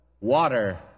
water